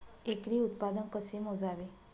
एकरी उत्पादन कसे मोजावे?